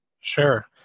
Sure